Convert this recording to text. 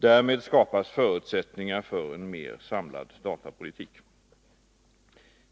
Därmed skapas förutsättningar för en mera samlad datapolitik.